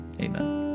amen